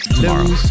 tomorrow